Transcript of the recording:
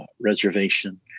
reservation